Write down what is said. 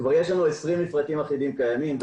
כבר יש לנו 20 מפרטים אחידים קיימים.